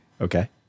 Okay